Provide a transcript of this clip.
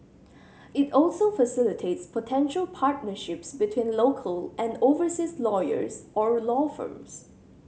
it also facilitates potential partnerships between local and overseas lawyers or law firms